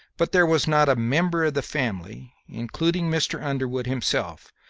but there was not a member of the family, including mr. underwood himself,